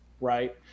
right